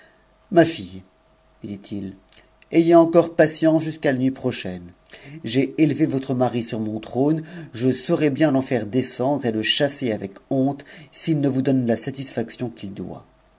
ma fille lui dit-il ayez encore patience jusqu'à la nuit prochaine j'ai élevé votre mari sur mon trône je saurai men j'en faire descendre et le chasser avec honte s'il ne vous donne la satisfaction qu'il doit